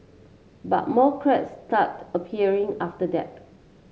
but more cracks started appearing after that